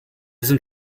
sind